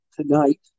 tonight